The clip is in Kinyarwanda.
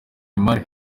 neymar